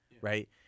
right